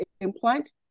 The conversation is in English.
implant